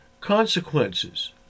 consequences